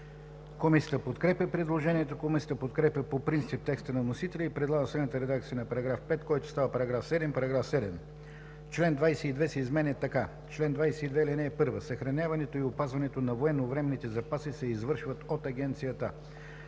Комисията подкрепя предложението. Комисията подкрепя по принцип текста на вносителя и предлага следната редакция на § 5, който става § 7: „§ 7. Член 22 се изменя така: „Чл. 22. (1) Съхраняването и опазването на военновременните запаси се извършват от агенцията.